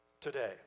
today